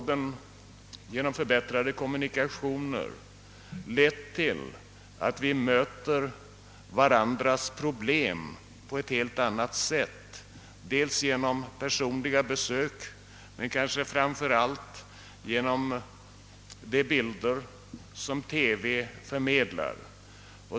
De förbättrade kommunikationerna har lett till att vi möter varandras problem på ett helt annat sätt, bl.a. genom personliga besök men också och kanske framför allt genom de bilder som TV förmedlar.